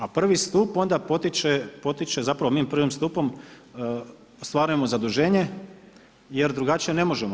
A prvi stup onda potiče, zapravo mi prvim stupom ostvarujemo zaduženje jer drugačije ne možemo.